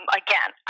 again